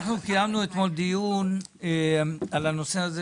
אנחנו קיימנו אתמול דיון על הנושא הזה